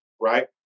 right